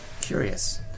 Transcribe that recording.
curious